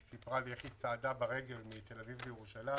היא סיפרה לי איך היא צעדה ברגל מתל אביב לירושלים